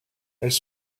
elles